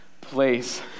place